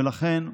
ולכן,